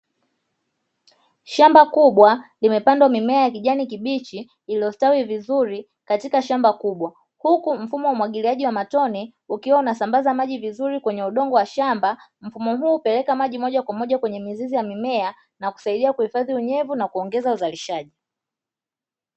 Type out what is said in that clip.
Shamba kubwa limepandwa mimea ya kijani kibichi iliyostawi vizuri katika shamba kubwa, huku mfumo wa umwagiliaji wa matone ukiwa unasambaza maji vizuri kwenye udongo wa shamba. Mfumo huu hupeleka maji moja kwa moja kwenye mizizi ya mimea, na kusaidia kuhifadhi unyevu, na kuongeza uzalishaji.